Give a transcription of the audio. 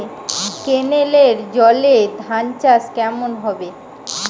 কেনেলের জলে ধানচাষ কেমন হবে?